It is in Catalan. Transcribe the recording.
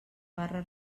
barra